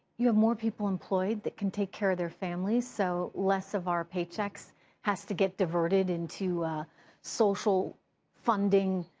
you have more people employed that can take care of their families, so less of our paychecks has to get diverted into social funding